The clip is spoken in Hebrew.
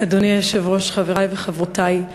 אדוני היושב-ראש, חברי וחברותי,